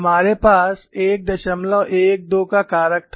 हमारे पास 112 का कारक था